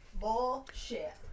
bullshit